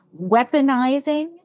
weaponizing